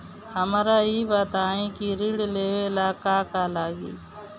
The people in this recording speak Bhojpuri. हमरा ई बताई की ऋण लेवे ला का का लागी?